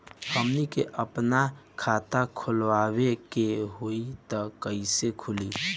हमनी के आापन खाता खोलवावे के होइ त कइसे खुली